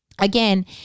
Again